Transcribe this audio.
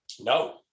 No